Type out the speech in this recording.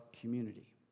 community